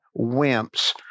Wimps